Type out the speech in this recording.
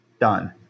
done